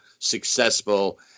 successful